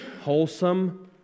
wholesome